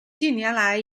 近年来